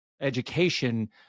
education